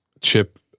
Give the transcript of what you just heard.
Chip